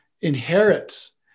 inherits